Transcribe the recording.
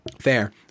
Fair